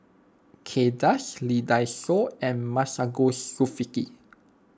Kay Das Lee Dai Soh and Masagos Zulkifli